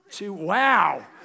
wow